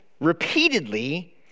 repeatedly